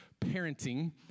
parenting